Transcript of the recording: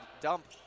dump